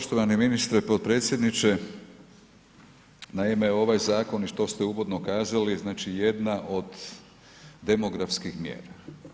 Poštovani ministre, potpredsjedniče, naime ovaj zakon i što ste uvodno kazali, znači jedna od demografskih mjera.